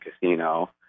casino